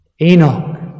Enoch